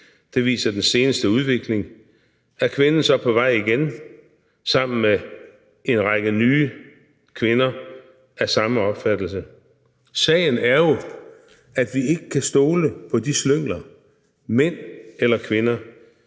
det viser den seneste udvikling – er kvinden så på vej igen sammen med en række nye kvinder af samme opfattelse? Sagen er jo, at vi ikke kan stole på de slyngler – mænd og kvinder.